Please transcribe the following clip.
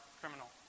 criminal